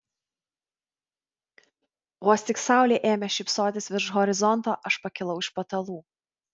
vos tik saulė ėmė šypsotis virš horizonto aš pakilau iš patalų